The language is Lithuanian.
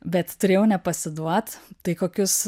bet turėjau nepasiduot tai kokius